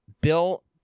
Bill